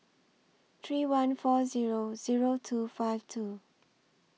three one four Zero Zero two five two